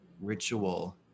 ritual